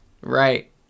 Right